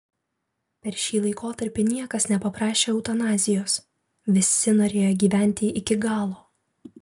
per šį laikotarpį niekas nepaprašė eutanazijos visi norėjo gyventi iki galo